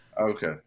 Okay